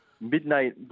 Midnight